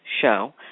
show